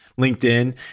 LinkedIn